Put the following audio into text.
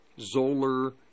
Zoller